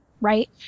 right